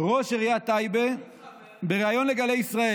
כראש רשות אל תתחבר לכל מילה של ראש רשות.